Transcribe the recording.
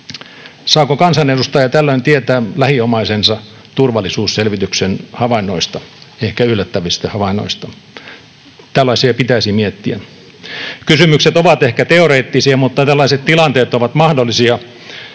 Saako kansanedustaja tällöin tietää lähiomaisensa turvallisuusselvityksen havainnoista, ehkä yllättävistä havainnoista? Tällaisia pitäisi miettiä. Kysymykset ovat ehkä teoreettisia, mutta tällaiset tilanteet ovat mahdollisia.